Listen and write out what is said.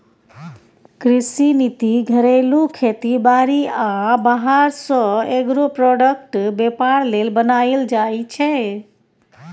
कृषि नीति घरेलू खेती बारी आ बाहर सँ एग्रो प्रोडक्टक बेपार लेल बनाएल जाइ छै